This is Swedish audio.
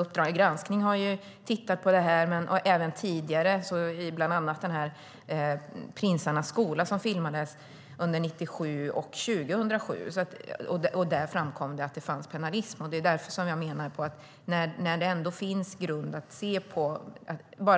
Uppdrag granskning har tittat på detta, och även tidigare i dokumentären Prinsarnas skola , som filmades under 1997 och 2007, framkom det att det fanns pennalism.